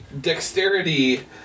dexterity